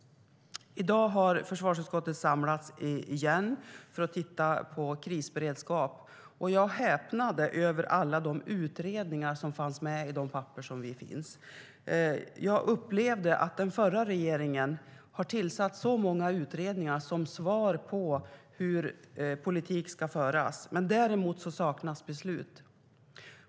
I dag samlades försvarsutskottet igen för att titta på krisberedskap, och jag häpnade över alla de utredningar som fanns med i papperen. Att den förra regeringen tillsatte så många utredningar upplevde jag som ett svar på hur politik ska föras. Däremot saknas beslut.